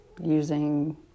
using